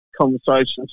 conversations